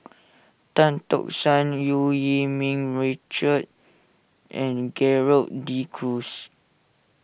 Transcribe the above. Tan Tock San Eu Yee Ming Richard and Gerald De Cruz